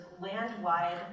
land-wide